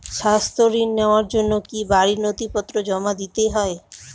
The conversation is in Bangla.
স্বাস্থ্য ঋণ নেওয়ার জন্য কি বাড়ীর নথিপত্র জমা দিতেই হয়?